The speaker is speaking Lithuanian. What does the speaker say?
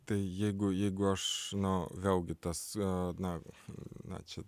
tai jeigu jeigu aš nu vėlgi tas na na čia